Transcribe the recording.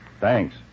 Thanks